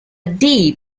deep